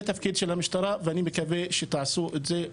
זה תפקיד של המשטרה ואני מקווה שתעשו את זה.